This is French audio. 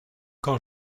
quand